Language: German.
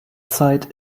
zeit